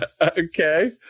Okay